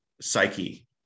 psyche